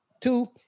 Two